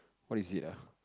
what is it uh